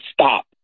stop